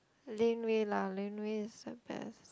Laneway lah Laneway is the best